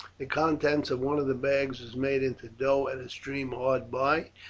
the contents of one of the bags was made into dough at a stream hard by,